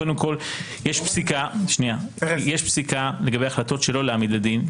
קודם כל יש פסיקה לגבי החלטות שלא להעמיד לדין,